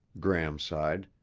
gram sighed.